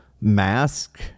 mask